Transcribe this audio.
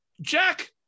Jack